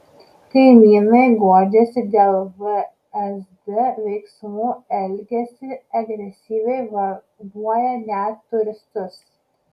kaimynai guodžiasi dėl vsd veiksmų elgiasi agresyviai verbuoja net turistus